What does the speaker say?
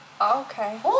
Okay